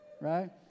Right